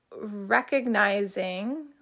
recognizing